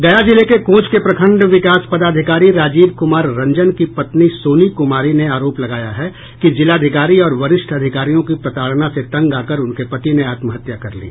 गया जिले के कोंच के प्रखंड विकास पदाधिकारी राजीव कुमार रंजन की पत्नी सोनी कुमारी ने आरोप लगाया है कि जिलाधिकारी और वरिष्ठ अधिकारियों की प्रताड़ना से तंग आकर उनके पति ने आत्महत्या कर ली